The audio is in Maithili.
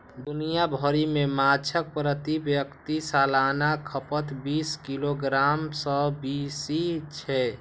दुनिया भरि मे माछक प्रति व्यक्ति सालाना खपत बीस किलोग्राम सं बेसी छै